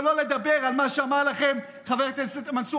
שלא לדבר על מה שאמר חבר הכנסת מנסור